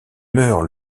meurt